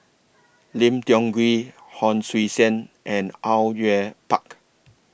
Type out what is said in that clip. Lim Tiong Ghee Hon Sui Sen and Au Yue Pak